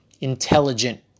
intelligent